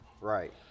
Right